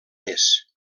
més